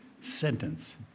sentence